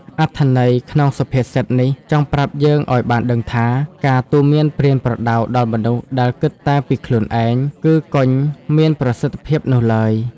អត្ថន័យក្នុងសុភាសិតនេះចង់ប្រាប់យើងឱ្យបានដឹងថា ការទូន្មានប្រៀនប្រដៅដល់មនុស្សដែលគិតតែពីខ្លួនឯងគឺគញមានប្រសិទ្ធិភាពនោះឡើយ។